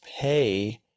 pay